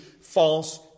false